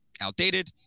outdated